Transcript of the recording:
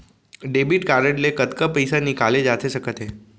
Debit card ले कतका पइसा निकाले जाथे सकत हे?